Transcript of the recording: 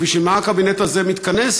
ובשביל מה הקבינט הזה מתכנס,